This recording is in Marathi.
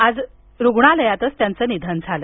आज रुग्णालयातच त्यांच आज निधन झालं